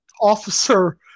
officer